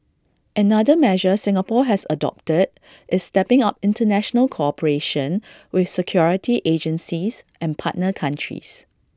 another measure Singapore has adopted is stepping up International cooperation with security agencies and partner countries